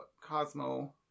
Cosmo